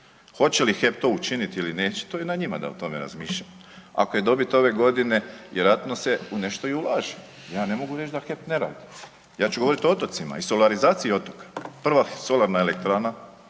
Hoće li HEP to učiniti ili neće to je na njima da o tome razmišljaju. Ako je dobit ove godine vjerojatno se u nešto i ulaže. Ja ne mogu reć da HEP ne radi. Ja ću govorit o otocima i solarizaciji otoka. Prva solarna elektrana